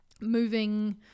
moving